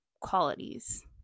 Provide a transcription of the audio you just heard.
qualities